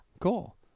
Cool